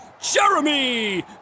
Jeremy